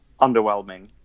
underwhelming